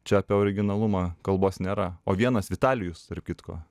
čia apie originalumą kalbos nėra o vienas vitalijus tarp kitko